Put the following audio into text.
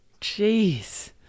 Jeez